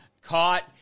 caught